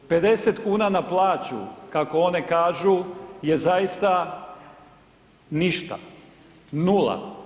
50 kuna na plaću kako one kažu je zaista ništa, nula.